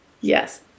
Yes